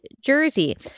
jersey